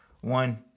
One